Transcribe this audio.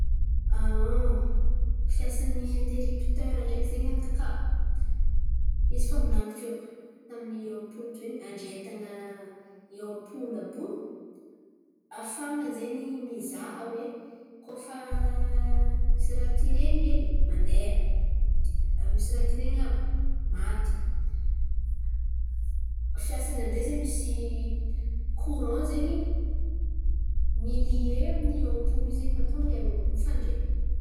Fiasany interipitera ndreky zen̈y aminakà, izy fa nivolan̈iko tiô taminy ampoly tiô in̈y andriaitan̈a i ampoly àby io. Afan̈a zen̈y mizaha hoe koa fa misy raha tiren̈y hely mandeha. Misy raha tiren̈y an̈abo, maty. Fiasany aminjay zen̈y misy koran zen̈y milie amin'ny ampoly io zen̈y mahatônga irô io mifandray.